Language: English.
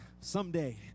someday